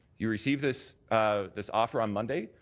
you received this um this offer on monday.